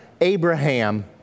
Abraham